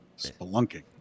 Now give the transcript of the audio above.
Spelunking